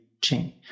chain